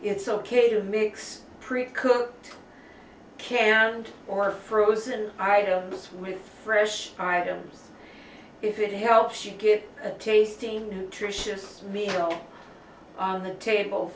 it's ok to mix pre cooked care and or frozen items with fresh items if it helps you get a tasting nutritious meal on the table